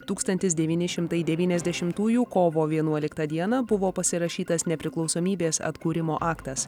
tūkstantis devyni šimtai devyniasdešimtųjų kovo vienuoliktą dieną buvo pasirašytas nepriklausomybės atkūrimo aktas